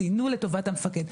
זה ציינו לטובת המפקד.